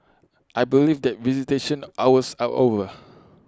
I believe that visitation hours are over